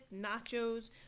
nachos